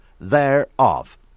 thereof